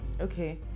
Okay